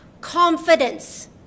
confidence